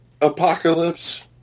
apocalypse